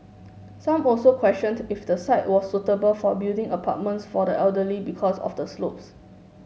some also questioned if the site was suitable for building apartments for the elderly because of the slopes